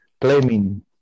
claiming